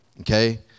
Okay